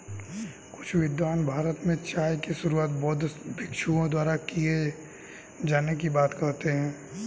कुछ विद्वान भारत में चाय की शुरुआत बौद्ध भिक्षुओं द्वारा किए जाने की बात कहते हैं